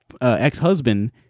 ex-husband